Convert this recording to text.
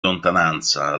lontananza